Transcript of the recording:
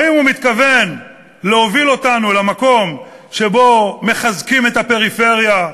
האם הוא מתכוון להוביל אותנו למקום שבו מחזקים את הפריפריה?